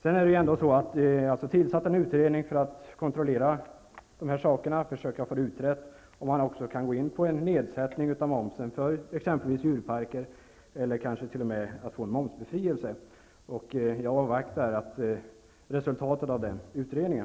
En utredning har tillsatts för att försöka klara ut om det går att åstadkomma en nedsättning av momsen för exempelvis djurparker eller kanske t.o.m. få dem momsbefriade. Jag avvaktar resultatet av den utredningen.